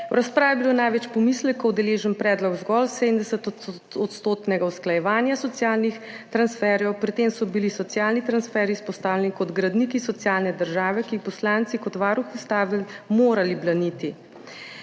V razpravi je bil največ pomislekov deležen predlog zgolj 70-odstotnega usklajevanja socialnih transferjev, pri tem so bili socialni transferji izpostavljeni kot gradniki socialne države, ki bi jih poslanci kot varuhi ustave morali braniti.